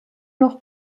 noch